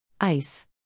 Ice